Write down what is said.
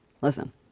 Listen